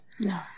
No